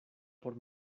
por